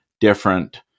different